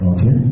Okay